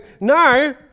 no